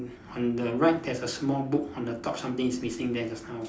on the right there's a small book on the top something is missing there just now